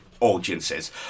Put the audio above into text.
audiences